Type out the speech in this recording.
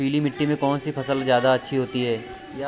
पीली मिट्टी में कौन सी फसल ज्यादा अच्छी होती है?